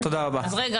רגע,